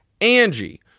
Angie